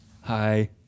Hi